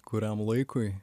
kuriam laikui